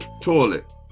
toilet